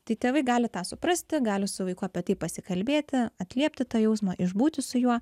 tai tėvai gali tą suprasti gali su vaiku apie tai pasikalbėti atliepti tą jausmą išbūti su juo